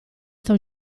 sta